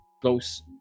close